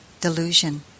delusion